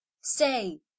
Say